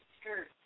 skirt